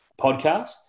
podcast